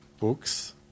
books